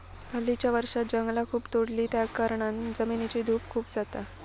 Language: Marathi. हल्लीच्या वर्षांत जंगला खूप तोडली त्याकारणान जमिनीची धूप खूप जाता